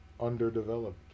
underdeveloped